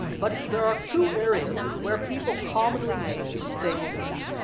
but there are two areas where people commonly make mistakes with them.